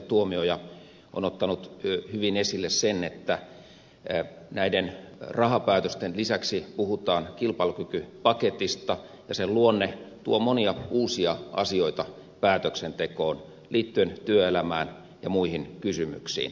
tuomioja on ottanut hyvin esille sen että näiden rahapäätösten lisäksi puhutaan kilpailukykypaketista ja sen luonne tuo monia uusia asioita päätöksentekoon liittyen työelämään ja muihin kysymyksiin